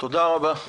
תודה רבה.